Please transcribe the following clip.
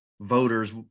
voters